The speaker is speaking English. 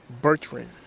Bertrand